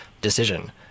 decision